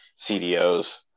CDOs